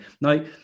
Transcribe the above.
Now